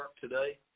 today